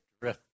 drift